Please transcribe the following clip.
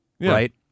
right